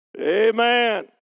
Amen